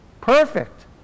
Perfect